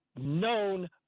known